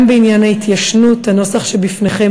גם בעניין ההתיישנות הנוסח שבפניכם